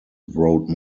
wrote